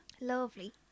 Lovely